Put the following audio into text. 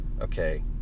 okay